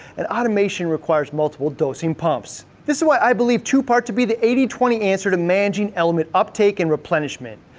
and automation requires multiple dosing pumps. this is why i believe two-part to be the eighty twenty answer to managing element uptake and replenishment.